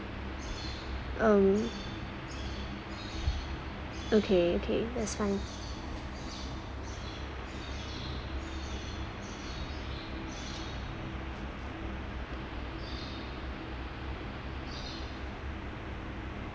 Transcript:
um okay okay that's fine